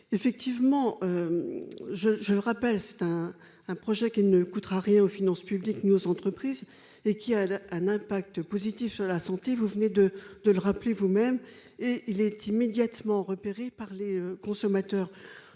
effectivement je, je le rappelle, c'est un un projet qui ne coûtera rien aux finances publiques, ni aux entreprises, et qui a un impact positif sur la santé, vous venez de de le rappeler, vous-même et il est immédiatement repéré par les consommateurs,